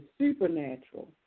supernatural